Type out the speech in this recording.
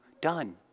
done